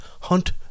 Hunt